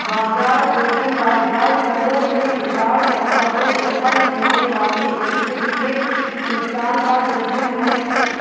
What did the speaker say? बाजार ज़ोखिम बाजार चरों में उतार चढ़ाव से उत्पन्न होने वाली स्थिति में नुकसान का जोखिम है